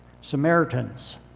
Samaritans